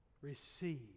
receive